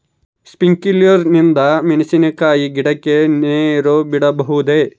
Sprinkler ನಿಂದ ಮೆಣಸಿನಕಾಯಿ ಗಿಡಕ್ಕೆ ನೇರು ಬಿಡಬಹುದೆ?